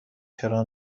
چرا